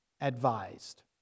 advised